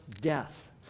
death